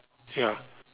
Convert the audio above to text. ya